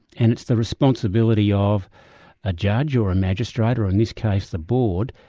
and it's the responsibility of a judge or a magistrate or in this case the board,